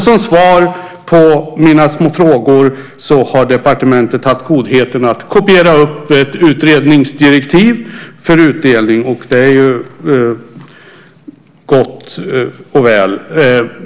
Som svar på mina små frågor har departementet haft godheten att kopiera ett utredningsdirektiv för utdelning, och det är gott och väl.